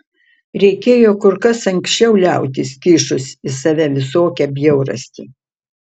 reikėjo kur kas anksčiau liautis kišus į save visokią bjaurastį